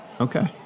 Okay